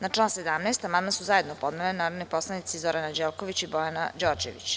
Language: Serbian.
Na član 17. amandman su zajedno podneli narodni poslanici Zoran Anđelković i Bojana Anđelković.